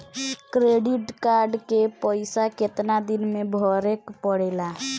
Credit card के पइसा कितना दिन में भरे के पड़ेला?